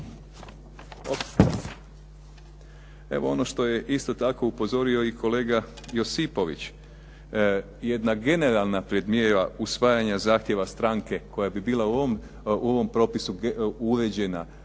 Evo ono što je isto tako upozorio i kolega Josipović, jedna generalna predmnijeva usvajanja zahtjeva stranke koja bi bila u ovom propisu uređena,